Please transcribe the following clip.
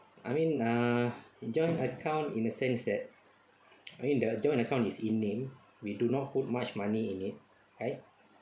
I mean ah joint account in a sense that I mean the joint account is in name we do not put much money in it right